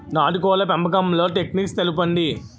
నాటుకోడ్ల పెంపకంలో టెక్నిక్స్ తెలుపండి?